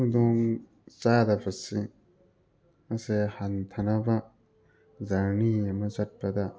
ꯈꯨꯗꯣꯡ ꯆꯥꯗꯕꯁꯤꯡ ꯑꯁꯦ ꯍꯟꯊꯅꯕ ꯖꯔꯅꯤ ꯑꯃ ꯆꯠꯄꯗ